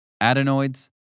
adenoids